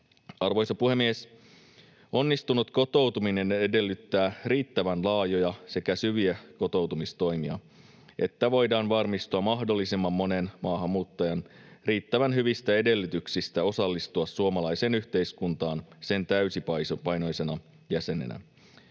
Arvoisa puhemies! Onnistunut kotoutuminen edellyttää riittävän laajoja sekä syviä kotoutumistoimia, jotta voidaan varmistua mahdollisimman monen maahanmuuttajan riittävän hyvistä edellytyksistä osallistua suomalaiseen yhteiskuntaan sen täysipainoisena jäsenenä.